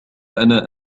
أنا